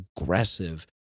aggressive